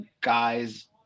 guys